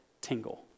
tingle